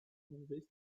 convinced